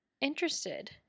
interested